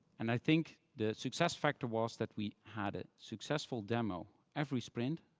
and i think the success factor was that we had a successful demo every sprint